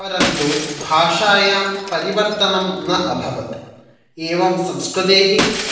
परन्तु भाषायां परिवर्तनं न अभवत् एवं संस्कृतेः